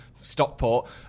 Stockport